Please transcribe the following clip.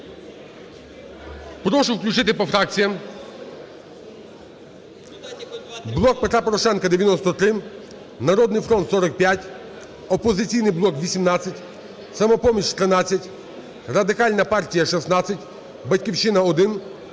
Прошу включити по фракціях. "Блок Петра Порошенка" – 93, "Народний фронт" – 45, "Опозиційний блок" – 18, "Самопоміч" – 13, Радикальна партія – 16, "Батьківщина"